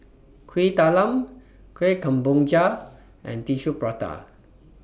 Kuih Talam Kueh Kemboja and Tissue Prata